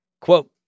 quote